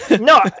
no